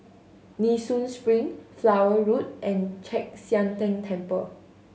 Nee Soon Spring Flower Road and Chek Sian Tng Temple